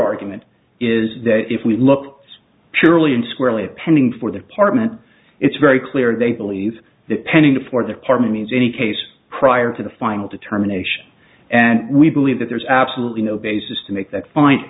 argument is that if we look purely and squarely pending for the department it's very clear they believe that pending for their partner means any case prior to the final determination and we believe that there's absolutely no basis to make that fin